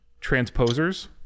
transposers